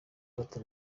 gato